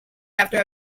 after